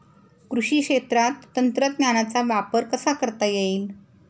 कृषी क्षेत्रात तंत्रज्ञानाचा वापर कसा करता येईल?